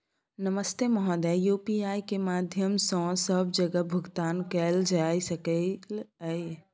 नमस्ते महोदय, यु.पी.आई के माध्यम सं सब जगह भुगतान कैल जाए सकल ये?